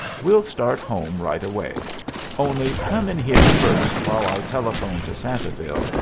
we'll start home right away only come in here first, while i telephone to santaville,